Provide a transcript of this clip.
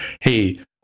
Hey